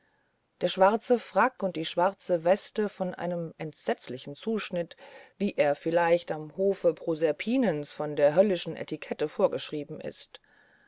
der schwarze frack und die schwarze weste von einem entsetzlichen zuschnitt wie er vielleicht am hofe proserpinens von der höllischen etikette vorgeschrieben ist